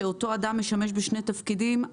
שאותו אדם משמש בשני תפקידים,